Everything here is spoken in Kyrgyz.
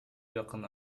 жакын